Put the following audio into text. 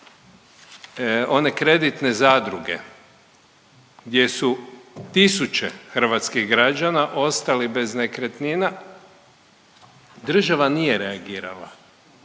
one kreditne zadruge, gdje su tisuće hrvatskih građana ostali bez nekretnina, država nije reagirala.